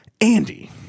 Andy